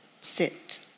sit